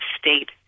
state